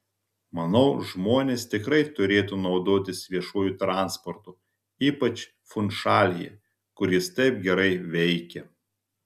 manau žmonės tikrai turėtų naudotis viešuoju transportu ypač funšalyje kur jis taip gerai veikia